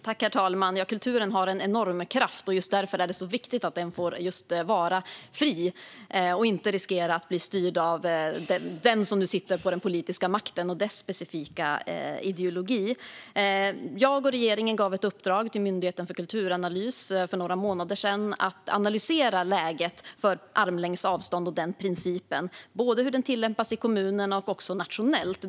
Herr talman! Kulturen har en enorm kraft, och just därför är det så viktigt att den får vara fri och inte riskerar att bli styrd av dem som sitter på den politiska makten och deras specifika ideologi. Jag och regeringen gav för några månader sedan i uppdrag till Myndigheten för kulturanalys att analysera läget för principen armlängds avstånd och hur den tillämpas, både i kommunerna och nationellt.